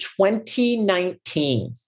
2019